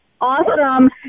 Awesome